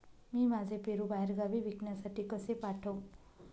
मी माझे पेरू बाहेरगावी विकण्यासाठी कसे पाठवू?